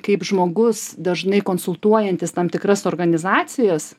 kaip žmogus dažnai konsultuojantis tam tikras organizacijas